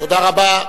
תודה רבה.